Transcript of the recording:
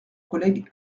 collègue